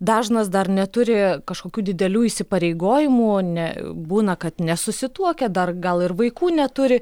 dažnas dar neturi kažkokių didelių įsipareigojimų ne būna kad nesusituokę dar gal ir vaikų neturi